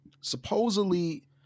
supposedly